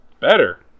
better